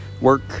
work